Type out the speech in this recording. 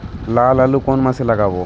লাল আলু কোন মাসে লাগাব?